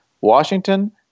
Washington